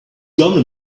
gonna